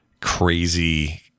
crazy